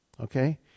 okay